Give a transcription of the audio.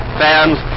fans